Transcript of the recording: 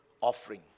offering